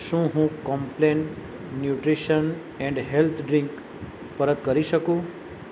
શું હું Complan nutrition and health drink પરત કરી શકું